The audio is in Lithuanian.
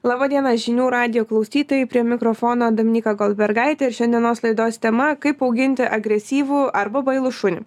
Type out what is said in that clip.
laba diena žinių radijo klausytojai prie mikrofono dominyka goldbergaitė ir šiandienos laidos tema kaip auginti agresyvų arba bailų šunį